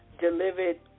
delivered